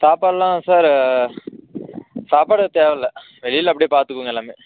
சாப்பாடெலாம் சார் சாப்பாடு தேவைல்ல வெளியில் அப்படியே பார்த்துக்குவோங்க எல்லாமே